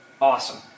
Awesome